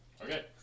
Okay